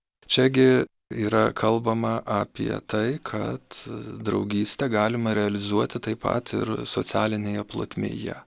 čia gi yra kalbama apie tai kad draugystę galima realizuoti taip pat ir socialinėje plotmėje